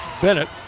Bennett